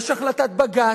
יש החלטת בג"ץ,